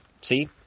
see